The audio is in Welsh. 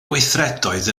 gweithredoedd